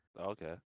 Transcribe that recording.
Okay